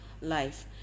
life